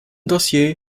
dossier